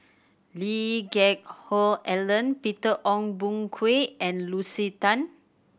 Lee Geck Hoon Ellen Peter Ong Boon Kwee and Lucy Tan